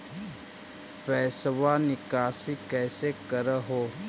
पैसवा निकासी कैसे कर हो?